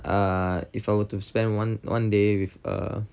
uh if I would to spend one one day with a